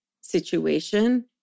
situation